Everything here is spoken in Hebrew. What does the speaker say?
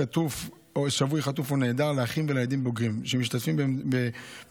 חטוף או נעדר לאחים ולילדים בוגרים שמשתתפים במאמצי